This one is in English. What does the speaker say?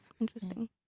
Interesting